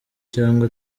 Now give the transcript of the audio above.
cyangwa